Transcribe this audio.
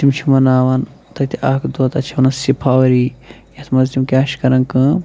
تِم چھِ مَناوَان تَتہِ اَکھ دۄہ تَتھ چھِ وَنان سِفاوری یَتھ منٛز تِم کیاہ چھِ کَرَان کٲم